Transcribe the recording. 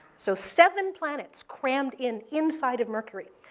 so seven planets crammed in inside of mercury.